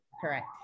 correct